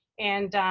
and